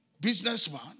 businessman